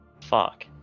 fuck